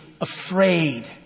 afraid